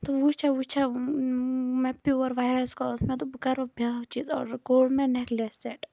تہٕ وٕچھان وٕچھان مےٚ پیور واریاہَس کالَس مےٚ دوٚپ بہٕ کَرٕ وٕ بیٛاکھ چیٖز آرڈَر کوٚر مےٚ نٮ۪کلٮ۪س سٮ۪ٹ